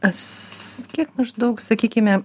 kas kiek maždaug sakykime